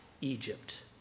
Egypt